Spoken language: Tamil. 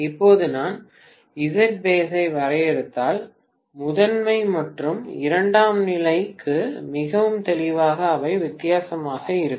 இப்போது நான் Zbase ஐ வரையறுத்தால் முதன்மை மற்றும் இரண்டாம் நிலைக்கு மிகவும் தெளிவாக அவை வித்தியாசமாக இருக்கும்